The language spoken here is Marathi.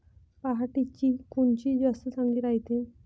पऱ्हाटीची कोनची जात चांगली रायते?